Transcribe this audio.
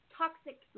toxic